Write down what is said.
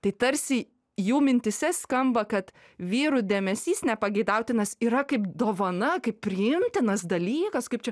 tai tarsi jų mintyse skamba kad vyrų dėmesys nepageidautinas yra kaip dovana kaip priimtinas dalykas kaip čia